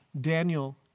Daniel